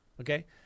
okay